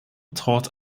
taught